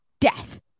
death